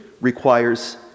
requires